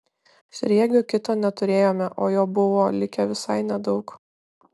sriegio kito neturėjome o jo buvo likę visai nedaug